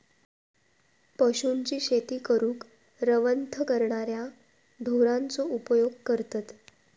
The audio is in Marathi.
पशूंची शेती करूक रवंथ करणाऱ्या ढोरांचो उपयोग करतत